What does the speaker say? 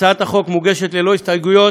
הצעת החוק מוגשת ללא הסתייגויות.